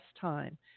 time